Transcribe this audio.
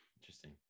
Interesting